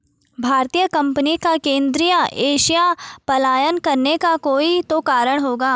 भारतीय कंपनी का केंद्रीय एशिया पलायन करने का कोई तो कारण होगा